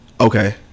Okay